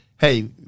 hey